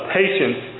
patience